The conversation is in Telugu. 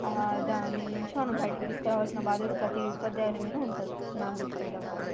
దాని నుంచి మనం బయటికి తీసుకురావలసిన బాధ్యత ప్రతి ఉపాధ్యాయుని మీద ఉంటుంది నాకు తెలిసినంత వరకు